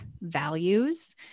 values